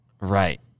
Right